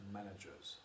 Managers